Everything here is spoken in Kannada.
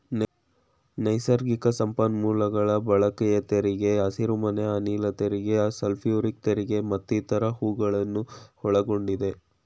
ನೈಸರ್ಗಿಕ ಸಂಪನ್ಮೂಲಗಳ ಬಳಕೆಯ ತೆರಿಗೆ, ಹಸಿರುಮನೆ ಅನಿಲ ತೆರಿಗೆ, ಸಲ್ಫ್ಯೂರಿಕ್ ತೆರಿಗೆ ಮತ್ತಿತರ ಹೂಗಳನ್ನು ಒಳಗೊಂಡಿದೆ